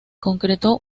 concretó